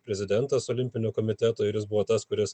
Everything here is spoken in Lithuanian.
prezidentas olimpinio komiteto ir jis buvo tas kuris